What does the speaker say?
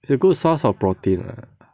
it's a good source of protein lah